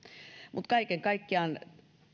mutta kaiken kaikkiaan